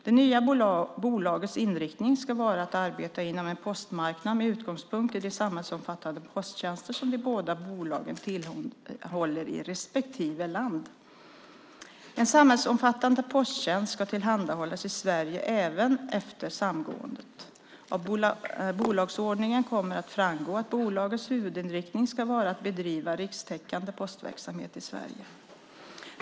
Det nya bolagets inriktning ska vara att arbeta inom postmarknaden med utgångspunkt i de samhällsomfattande posttjänster som de båda bolagen tillhandahåller i respektive land. En samhällsomfattande posttjänst ska tillhandahållas i Sverige även efter samgåendet. Av bolagsordningen kommer att framgå att bolagets huvudinriktning ska vara att bedriva rikstäckande postverksamhet i Sverige.